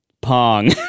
Pong